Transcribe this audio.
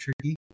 tricky